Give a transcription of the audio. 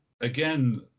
Again